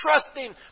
trusting